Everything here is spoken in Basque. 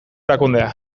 erakundea